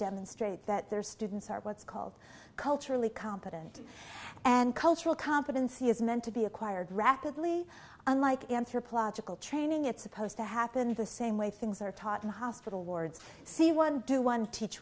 demonstrate that their students are what's called culturally competent and cultural competency is meant to be acquired rapidly unlike anthropological training it's supposed to happen in the same way things are taught in hospital wards see one do one teach